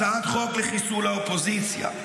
הצעת חוק לחיסול האופוזיציה,